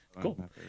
Cool